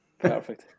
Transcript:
Perfect